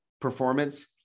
performance